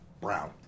brown